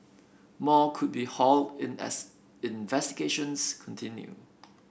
more could be hauled in as investigations continue